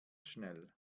schnell